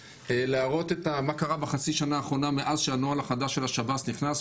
להראות מה קרה בחצי שנה האחרונה מאז שהנוהל החדש של השב"ס נכנס,